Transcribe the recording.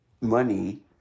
money